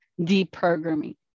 deprogramming